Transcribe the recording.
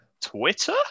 Twitter